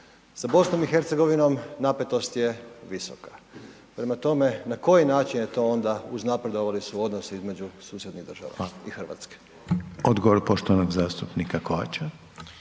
Sa BiH napetost je visoka, prema tome, na koji način je to onda uznapredovali su odnosi između susjednih država i Hrvatske? **Reiner, Željko (HDZ)** Odgovor poštovanog zastupnika Kovača.